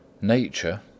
Nature